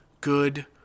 good